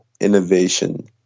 innovation